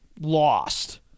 lost